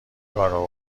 کارو